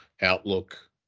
Outlook